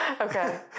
Okay